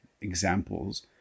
examples